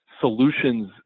solutions